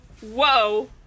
whoa